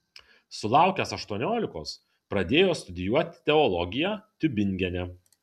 sulaukęs aštuoniolikos pradėjo studijuoti teologiją tiubingene